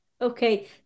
Okay